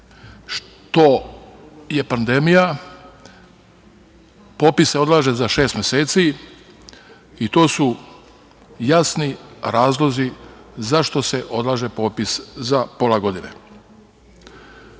što je pandemija. Popis se odlaže za šest meseci i to su jasni razlozi zašto se odlaže popis za pola godine. Nadam